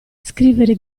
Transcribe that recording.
scrivere